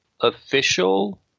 official